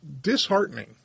disheartening